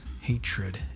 hatred